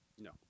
no